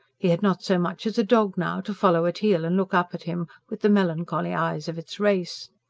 he had not so much as a dog now, to follow at heel and look up at him with the melancholy eyes of its race.